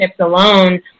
alone